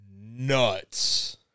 nuts